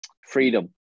freedom